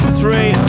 three